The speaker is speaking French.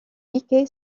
mickey